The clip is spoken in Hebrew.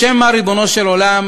לשם מה, ריבונו של עולם,